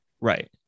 Right